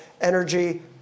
energy